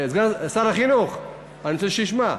שר החינוך, אני רוצה שישמע.